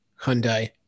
Hyundai